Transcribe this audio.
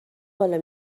بالا